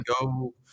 Go